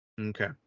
okay